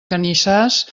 canyissars